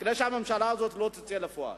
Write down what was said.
כדי שהממשלה לא תוציא לפועל.